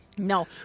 No